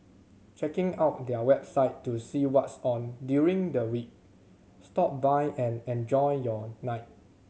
checking out their website to see what's on during the week stop by and enjoy your night